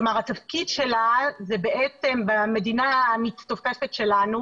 כלומר התפקיד שלה זה בעצם במדינה המצטופפת שלנו,